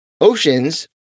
oceans